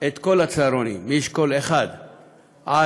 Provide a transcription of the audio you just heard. את כל הצהרונים מאשכול 1 עד